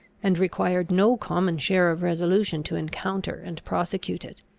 and required no common share of resolution to encounter and prosecute it.